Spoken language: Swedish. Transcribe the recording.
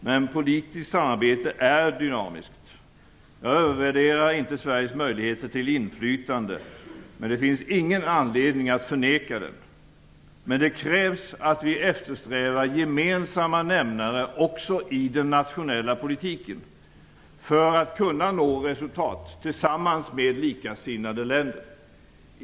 Men politiskt samarbete är dynamiskt. Jag övervärderar inte Sveriges möjligheter till inflytande, men det finns ingen anledning att ifrågasätta dessa. Men det krävs att vi eftersträvar gemensamma nämnare också i den nationella politiken för att vi skall kunna nå resultat tillsammans med likasinnade länder.